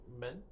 men